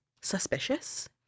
suspicious